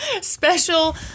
special